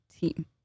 team